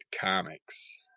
Comics